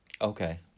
Okay